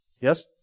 Yes